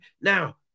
Now